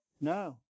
No